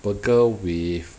burger with